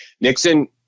Nixon